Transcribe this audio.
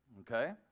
okay